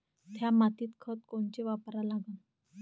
थ्या मातीत खतं कोनचे वापरा लागन?